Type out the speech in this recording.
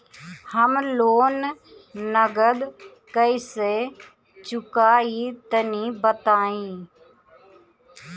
हम लोन नगद कइसे चूकाई तनि बताईं?